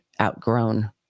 outgrown